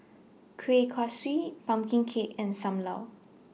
Kueh Kaswi Pumpkin Cake and SAM Lau